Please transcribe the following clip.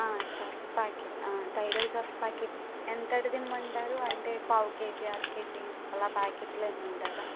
Surf packet టైడల్ Surf packet ఎంతటిది ఇమ్మంటారు అంటే పావు కేజీ అర కేజీ అలా ప్యాకెట్లు ఇవ్వమంటారా